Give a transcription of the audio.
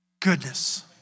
Goodness